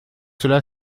cela